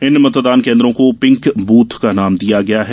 इन मतदान केन्द्रो को पिंक बूथ का नाम दिया गया है